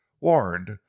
warned